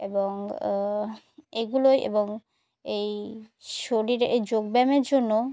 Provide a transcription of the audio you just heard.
এবং এগুলোই এবং এই শরীরে এই যোগব্যায়ামের জন্য